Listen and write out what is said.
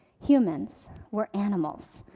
humans we're animals,